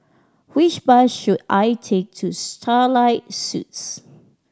which bus should I take to Starlight Suites